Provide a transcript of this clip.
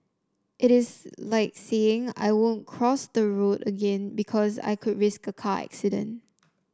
it is like saying I won't cross the road again because I could risk a car accident